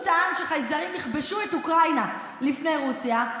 הוא טען שחייזרים יכבשו את אוקראינה לפני רוסיה.